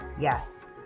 Yes